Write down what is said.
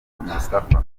moustapha